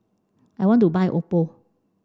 I want to buy Oppo